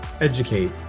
educate